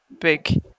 big